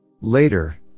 Later